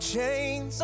chains